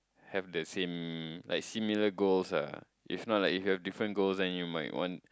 have the same like similar goals ah if not like you have different goals then you might want